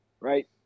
Right